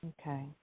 Okay